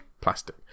plastic